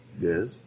Yes